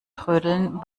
trödeln